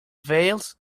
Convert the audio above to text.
veils